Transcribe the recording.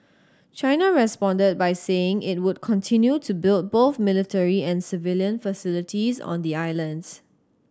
China responded by saying it would continue to build both military and civilian facilities on the islands